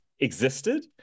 existed